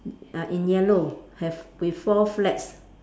uh in yellow have with four flags